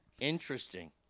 Interesting